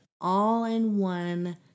all-in-one